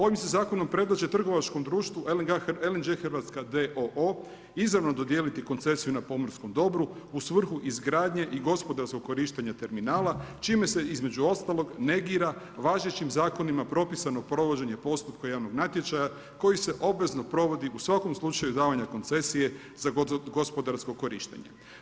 Ovim se zakonom predlaže trgovačkom društvu LNG Hrvatska d.o.o. izravno dodijeliti koncesiju na pomorskom dobru u svrhu izgradnje i gospodarskog korištenja terminala, čime se između ostalog negira važećim zakona propisanog provođenje postupka javnog natječaja koji se obvezo provodi u svakom slučaju davanju koncesije za gospodarsko korištenje.